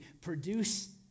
produce